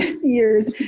years